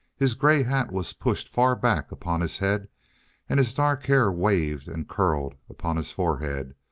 his gray hat was pushed far back upon his head and his dark hair waved and curled upon his forehead,